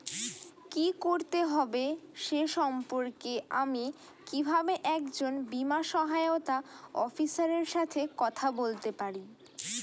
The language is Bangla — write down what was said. কী করতে হবে সে সম্পর্কে আমি কীভাবে একজন বীমা সহায়তা অফিসারের সাথে কথা বলতে পারি?